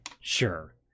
sure